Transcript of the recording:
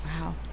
Wow